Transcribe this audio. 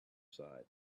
side